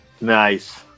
Nice